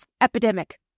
epidemic